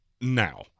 Now